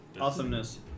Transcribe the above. Awesomeness